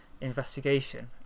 investigation